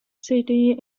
city